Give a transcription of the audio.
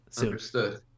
Understood